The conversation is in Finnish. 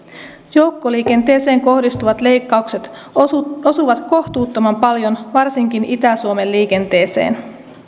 joukkoliikenteeseen kohdistuvat leikkaukset osuvat kohtuuttoman paljon varsinkin itä suomen liikenteeseen